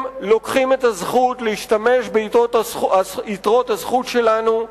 הם לוקחים את הזכות להשתמש ביתרות הזכות שלנו,